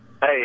Hey